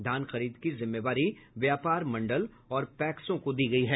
धान खरीद की जिम्मेवारी व्यापार मंडल और पैक्सों को दी गयी है